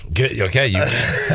Okay